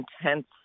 intense